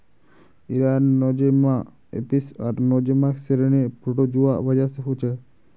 इरा Nosema apis आर Nosema ceranae protozoa वजह से होछे